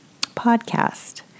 podcast